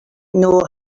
know